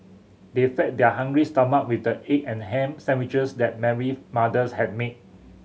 they fed their hungry stomach with the egg and ham sandwiches that Mary mothers had made